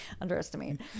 underestimate